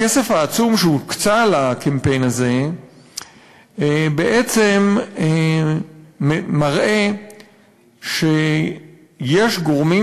הכסף העצום שהוקצה לקמפיין הזה בעצם מראה שיש גורמים